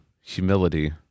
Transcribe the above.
humility